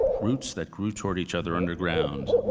roots that grew toward each other underground,